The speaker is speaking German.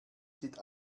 sind